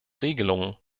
regelungen